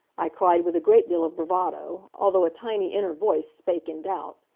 i cried with a great deal of bravado, although a tiny inner voice spake in doubt.